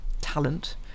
talent